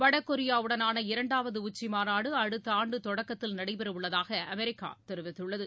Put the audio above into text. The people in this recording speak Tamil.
வடகொரியா உடனான இரண்டாவது உச்சி மாநாடு அடுத்த ஆண்டு தொடக்கத்தில் நடைபெற உள்ளதாக அமெரிக்கா தெரிவித்துள்ளது